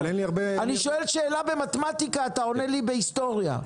אני שואל שאלה במתמטיקה ואתה עונה לי בהיסטוריה.